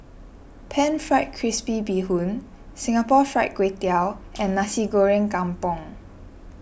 Pan Fried Crispy Bee Hoon Singapore Fried Kway Tiao and Nasi Goreng Kampung